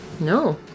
No